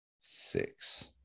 six